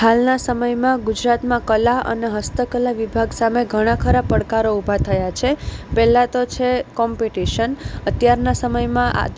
હાલના સમયમાં ગુજરાતમાં કલા અને હસ્તકલા વિભાગ સામે ઘણા ખરા પડકારો ઊભા થયા છે પહેલાં તો છે કોમ્પિટિશન અત્યારના સમયમાં આ